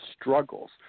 struggles